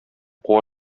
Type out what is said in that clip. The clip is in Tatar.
куа